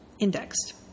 indexed